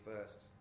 first